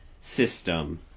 system